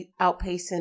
outpacing